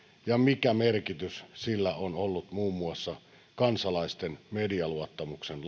ja mikä merkitys sillä on ollut muun muassa kansalaisten medialuottamuksen